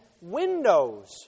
windows